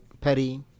petty